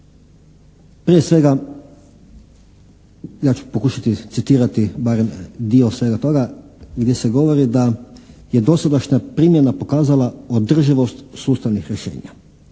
Prije svega, ja ću pokušati citirati barem dio svega toga, gdje se govori da je dosadašnja primjena pokazala održivost sustavnih rješenja,